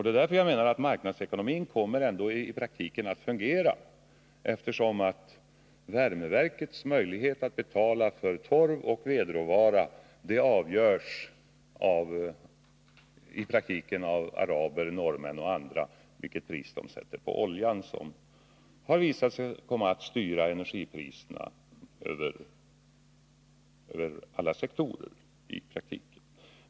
Det är därför jag menar att marknadsekonomin ändå kommer att fungera, eftersom värmeverkens möjlighet att betala för torv och vedråvara i praktiken avgörs av vilket pris araber, norrmän och andra sätter på oljan. Detta har ju visat sig komma att styra energipriserna över alla sektorer.